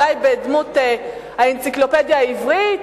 אולי בדמות האנציקלופדיה העברית,